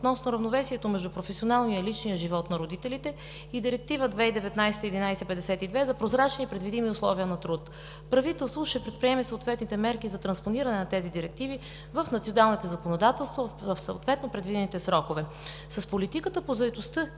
относно равновесието между професионалния и личния живот на родителите и Директива 2019/1152 за прозрачни и предвидими условия на труд. Правителството ще предприеме съответните мерки за транспониране на тези директиви в националните законодателства в предвидените срокове. С политиката по заетостта